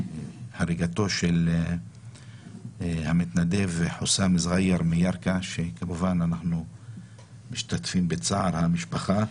והריגתו של המתנדב חוסאם זגייר מירכא שאנחנו כמובן משתתפים בצער המשפחה.